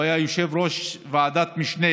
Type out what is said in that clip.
הוא היה יושב-ראש ועדת המשנה